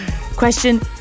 question